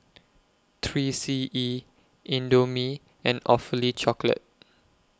three C E Indomie and Awfully Chocolate